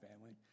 family